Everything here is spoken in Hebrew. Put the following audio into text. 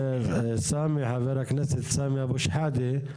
חבר הכנסת סמי אבו שחאדה,